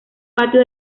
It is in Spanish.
patio